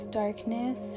darkness